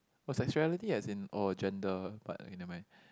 oh sexuality as in oh gender but okay never mind